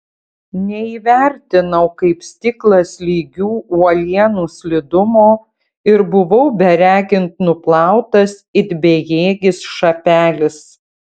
neįvertinau kaip stiklas lygių uolienų slidumo ir buvau beregint nuplautas it bejėgis šapelis